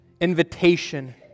invitation